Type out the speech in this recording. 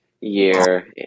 year